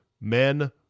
men